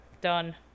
done